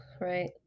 right